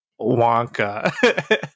Wonka